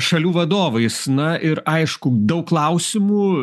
šalių vadovais na ir aišku daug klausimų